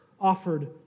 offered